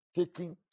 taking